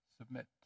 Submit